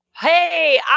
Hey